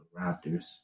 Raptors